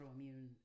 autoimmune